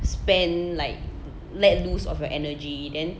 spend like let loose of your energy then